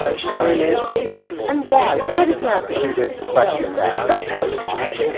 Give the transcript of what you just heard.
ah she's very nasty and why why does he have to do this? the question is asked. i'll tell you why.